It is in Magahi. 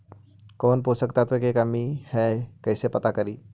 कौन पोषक तत्ब के कमी है कैसे पता करि?